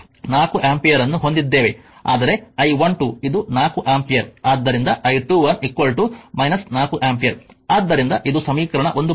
ಆದ್ದರಿಂದ ನಾವುI12 I21 4 ampere ಅನ್ನು ಹೊಂದಿದ್ದೇವೆ ಆದರೆ I12 ಇದು 4 ಆಂಪಿಯರ್ ಆದ್ದರಿಂದ I21 4 ಆಂಪಿಯರ್ ಆದ್ದರಿಂದ ಇದು ಸಮೀಕರಣ 1